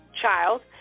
child